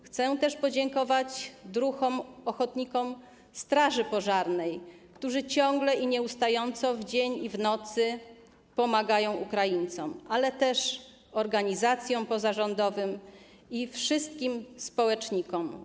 Chcę też podziękować druhom ochotnikom straży pożarnej, którzy ciągle, nieustająco w dzień i w nocy pomagają Ukraińcom, ale też organizacjom pozarządowym i wszystkim społecznikom.